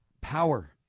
power